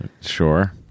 Sure